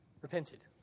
repented